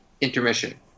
intermission